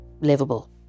livable